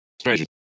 Stranger